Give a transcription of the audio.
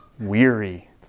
weary